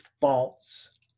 false